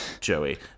Joey